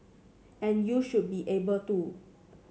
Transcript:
and you should be able to